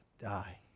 die